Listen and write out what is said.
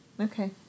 Okay